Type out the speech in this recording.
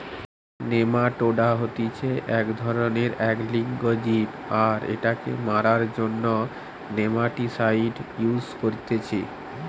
nematoda হতিছে এক ধরণেরএক লিঙ্গ জীব আর এটাকে মারার জন্য নেমাটিসাইড ইউস করতিছে